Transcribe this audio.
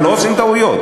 וכאן לא עושים טעויות?